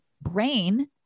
brain